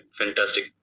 fantastic